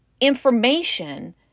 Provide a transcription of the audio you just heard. information